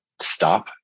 stop